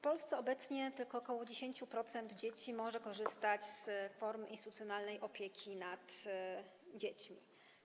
Polsce obecnie tylko ok. 10% dzieci może korzystać z form instytucjonalnej opieki nad dziećmi.